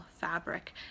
fabric